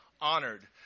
honored